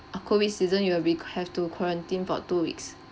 uh COVID season you will be qu~ have to quarantine for two weeks